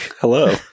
Hello